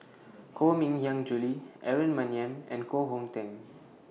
Koh Mui Hiang Julie Aaron Maniam and Koh Hong Teng